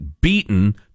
beaten